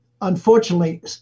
Unfortunately